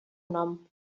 nom